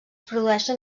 produeixen